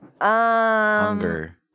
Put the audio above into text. Hunger